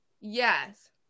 Yes